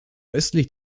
östlich